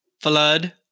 flood